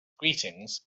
greetings